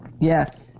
Yes